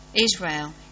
Israel